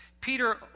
Peter